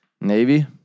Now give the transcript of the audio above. Navy